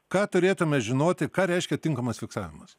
ką turėtume žinoti ką reiškia tinkamas fiksavimas